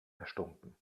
erstunken